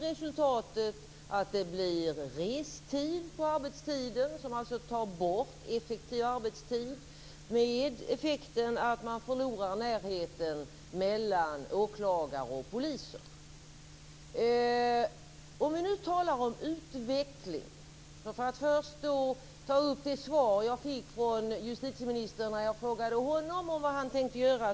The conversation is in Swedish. Resultatet blir restid på arbetstiden, som alltså tar bort effektiv arbetstid, med effekten att man förlorar närheten mellan åklagare och poliser. Låt oss tala om utveckling. Jag tar först upp det svar jag fick av justitieministern när jag frågade om vad han tänkte göra.